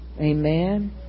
Amen